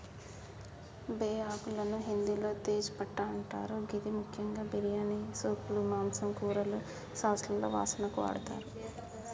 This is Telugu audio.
బేఆకులను హిందిలో తేజ్ పట్టా అంటరు గిది ముఖ్యంగా బిర్యానీ, సూప్లు, మాంసం, కూరలు, సాస్లలో వాసనకు వాడతరు